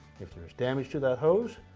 if there's damage to that hose,